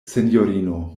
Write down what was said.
sinjorino